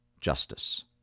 Justice